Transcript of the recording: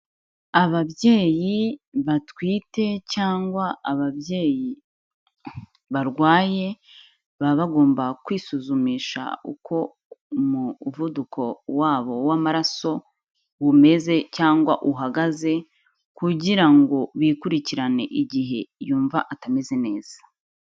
Ababyeyi batwite cyangwa ababyeyi barwaye, baba bagomba kwisuzumisha uko umuvuduko wabo w'amaraso umeze cyangwa uhagaze kugira ngo bikurikirane igihe yumva atameze neza.